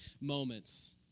moments